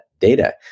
data